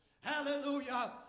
hallelujah